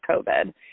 COVID